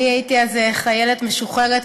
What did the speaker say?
אני הייתי אז חיילת משוחררת,